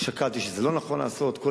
שקלתי והחלטתי שלא נכון לעשות את זה.